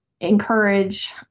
encourage